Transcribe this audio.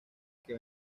que